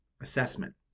assessment